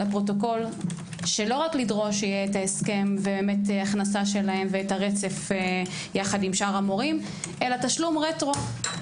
רק לדרוש שיהיה ההסכם והכנסה שלהם והרצף עם שאר המורים אלא תשלום רטרו.